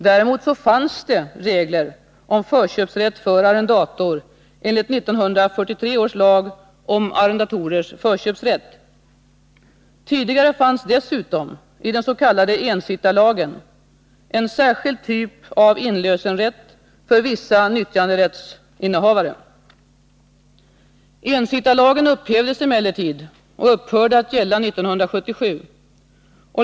Däremot fanns det regler om förköpsrätt för arrendator enligt 1943 års lag om arrendatorers förköpsrätt. Tidigare fanns dessutom i den s.k. ensittarlagen en särskild typ av inlösenrätt för vissa nyttjanderättshavare. Ensittarlagen upphävdes emellertid och upphörde att gälla 1977.